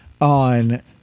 on